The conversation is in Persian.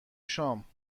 شام